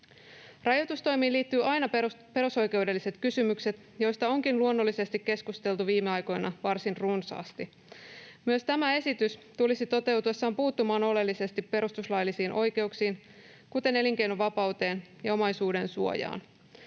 Rajoitustoimiin liittyvät aina perusoikeudelliset kysymykset, joista onkin luonnollisesti keskusteltu viime aikoina varsin runsaasti. Myös tämä esitys tulisi toteutuessaan puuttumaan oleellisesti perustuslaillisiin oikeuksiin, kuten elinkeinovapauteen ja omaisuudensuojaan.